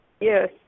Yes